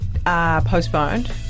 Postponed